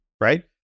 right